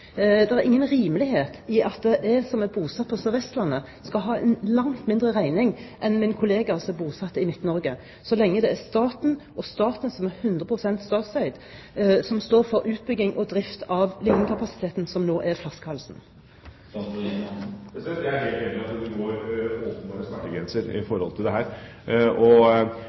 er ingen rimelighet i at jeg som er bosatt på Sør-Vestlandet, skal ha en langt mindre regning enn min kollega som er bosatt i Midt-Norge, så lenge det er staten og Statnett, som er 100 pst. statseid, som står for utbygging og drift av den nettkapasiteten som nå er flaskehalsen. Jeg er helt enig i at det går åpenbare